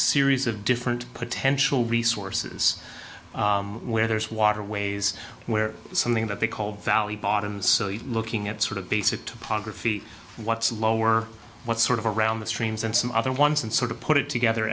series of different potential resources where there's waterways where something that they call valley bottoms looking at sort of basic topography what's lower what's sort of around the streams and some other ones and sort of put it together